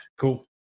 Cool